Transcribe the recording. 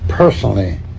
Personally